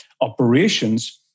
operations